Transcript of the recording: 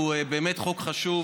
הוא באמת חוק חשוב.